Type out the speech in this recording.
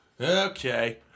Okay